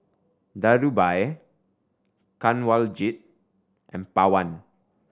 Dhirubhai Kanwaljit and Pawan